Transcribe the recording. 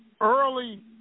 early